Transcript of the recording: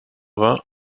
vingt